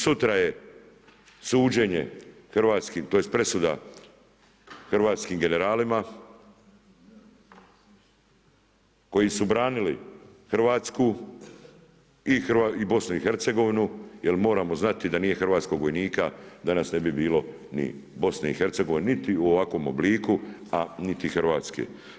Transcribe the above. Sutra je suđenje, tj. presuda, hrvatskim generalima, koji su branili Hrvatsku i BIH, jer moramo znati da nije hrvatskog vojnika, danas ne bi bilo ni BIH niti u ovakvom obliku a niti Hrvatske.